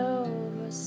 over